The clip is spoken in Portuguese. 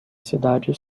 cidades